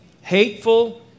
hateful